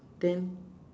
then